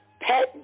pet